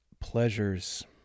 pleasures